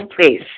please